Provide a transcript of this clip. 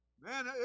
Man